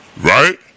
right